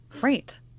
Great